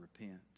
repent